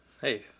Hey